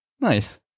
Nice